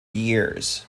years